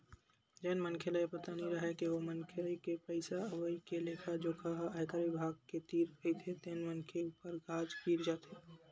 जेन मनखे ल ये पता नइ राहय के ओ मनखे के पइसा के अवई के लेखा जोखा ह आयकर बिभाग के तीर रहिथे तेन मनखे ऊपर गाज गिर जाथे